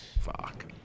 Fuck